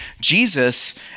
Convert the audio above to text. Jesus